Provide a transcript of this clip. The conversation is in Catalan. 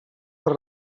les